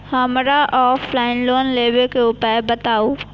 हमरा offline loan लेबे के उपाय बतबु?